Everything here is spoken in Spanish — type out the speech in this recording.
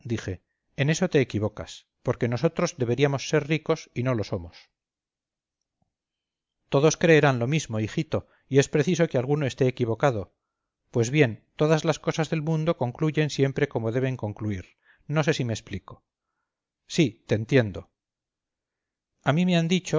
en eso te equivocas porque nosotros deberíamos ser ricos y no lo somos todos creerán lo mismo hijito y es preciso que alguno esté equivocado pues bien todas las cosas del mundo concluyen siempre como deben concluir no sé si me explico sí te entiendo a mí me han dicho